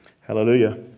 Hallelujah